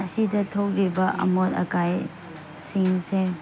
ꯑꯁꯤꯗ ꯊꯣꯛꯂꯤꯕ ꯑꯃꯣꯠ ꯑꯀꯥꯏ ꯁꯤꯡꯁꯦ